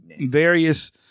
various